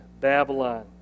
Babylon